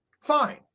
fine